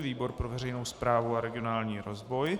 Výbor pro veřejnou správu a regionální rozvoj.